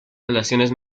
relaciones